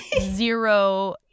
zero